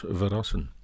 verrassen